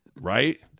Right